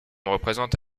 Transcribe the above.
représente